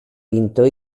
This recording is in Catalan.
pintor